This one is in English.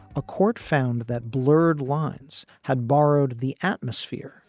a court found that blurred lines had borrowed the atmosphere,